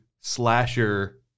slasher